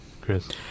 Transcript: Chris